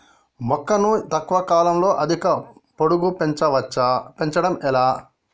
మొక్కను తక్కువ కాలంలో అధిక పొడుగు పెంచవచ్చా పెంచడం ఎలా?